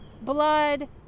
blood